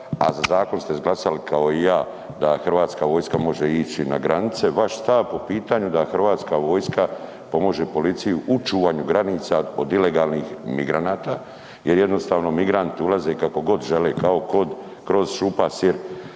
a zakon ste izglasali kao i ja da HV može ići na granice. Vaš stav po pitanju da HV pomaže policiji u čuvanju granica od ilegalnih migranata jer jednostavno migranti ulaze kako god žele, kao kroz šupalj sir,